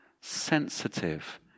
sensitive